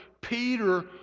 Peter